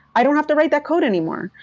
i don't have to write that code anymore.